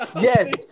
Yes